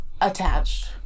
attached